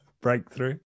breakthrough